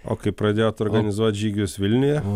o kai pradėjot organizuot žygius vilniuje